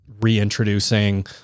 reintroducing